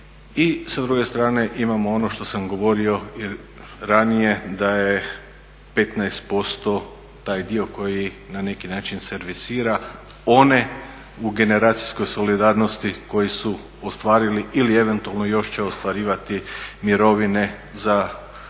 i s druge strane imamo ono što sam govorio i ranije da je 15% taj dio koji na neki način servisira one u generacijskoj solidarnosti koji su ostvarili ili eventualno još će ostvarivati mirovine za